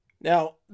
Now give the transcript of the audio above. Now